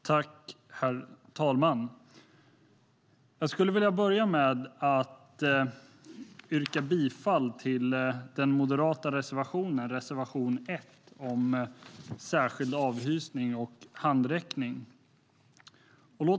Herr talman! Jag skulle vilja börja med att yrka bifall till den moderata reservationen, reservation 1, om särskild avhysning och handräckning.